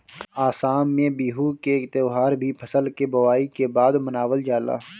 आसाम में बिहू के त्यौहार भी फसल के बोआई के बाद मनावल जाला